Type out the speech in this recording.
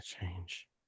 change